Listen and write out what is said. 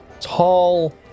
tall